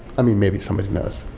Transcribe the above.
i mean, maybe somebody knows.